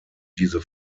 diese